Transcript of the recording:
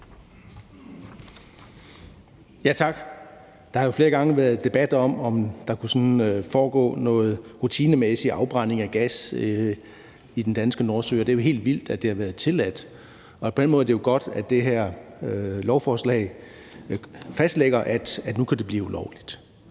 Tak. Der har jo flere gange været debat om, om der kunne foregå noget rutinemæssig afbrænding af gas i den danske Nordsø, og det er jo helt vildt, at det har været tilladt. På den måde er det godt, at det her lovforslag fastlægger, at nu kan det blive ulovligt.